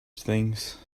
things